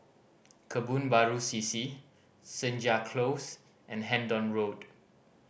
Kebun Baru C C Senja Close and Hendon Road